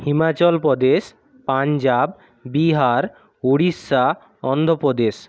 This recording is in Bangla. হিমাচল প্রদেশ পাঞ্জাব বিহার উড়িষ্যা অন্ধ্র প্রদেশ